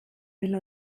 will